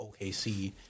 OKC